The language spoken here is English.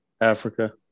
Africa